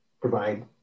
provide